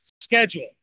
schedule